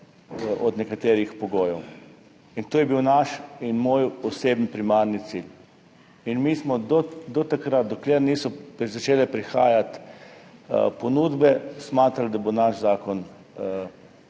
od nekaterih pogojev. To je bil naš in moj oseben primarni cilj in mi smo do takrat, dokler niso začele prihajati ponudbe, smatrali, da bo naš zakon